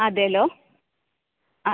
അതെല്ലോ ആ